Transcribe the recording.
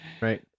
right